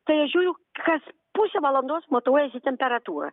tai žiūriu kas pusę valandos matuojasi temperatūrą